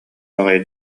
баҕайы